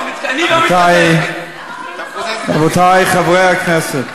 רבותי חברי הכנסת,